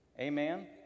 Amen